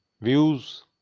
views